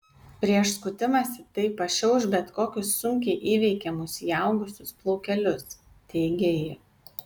prieš skutimąsi tai pašiauš bet kokius sunkiai įveikiamus įaugusius plaukelius teigė ji